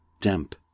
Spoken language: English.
damp